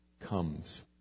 comes